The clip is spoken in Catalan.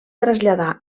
traslladar